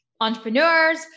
entrepreneurs